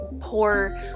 poor